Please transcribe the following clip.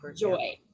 joy